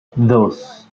dos